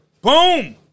Boom